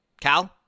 Cal